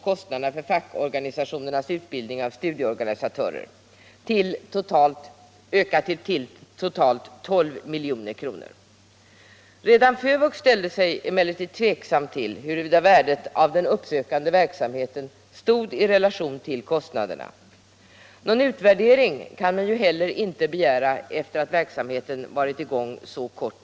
kostnaderna för fackorganisationernas utbildning av studieorganisatörer, till totalt 12 milj.kr. Redan FÖVUX ställde sig emellertid tveksam till huruvida värdet av den uppsökande verksamheten stod i relation till kostnaderna. Någon utvärdering kan man heller inte begära efter så kort tids verksamhet.